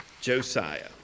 Josiah